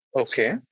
Okay